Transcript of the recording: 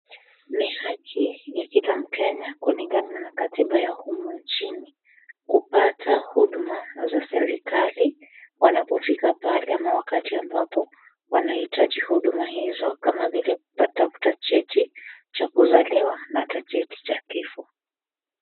Ni haki ya kila mkenya kulingana na katiba ya humu nchini kupata huduma za serikali wanapofika pahali ama wakati ambapo wanahitaji huduma hizo kama vile kutafuta cheti cha kuzaliwa na hata cheti cha kifo.